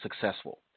successful